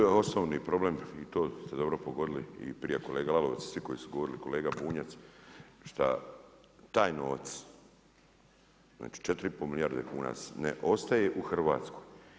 Tu je osnovni problem i to ste dobro pogodili i prije kolega Lalovac i svi koji su govorili i kolega Bunjac šta taj novac znači 4,5 milijarde kuna ne ostaje u Hrvatskoj.